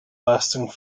lasting